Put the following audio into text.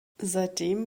seitdem